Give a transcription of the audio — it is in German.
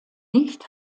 nicht